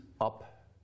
up